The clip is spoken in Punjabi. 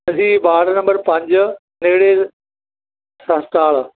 ਅਸੀਂ ਵਾਰਡ ਨੰਬਰ ਪੰਜ ਨੇੜੇ ਹਸਪਤਾਲ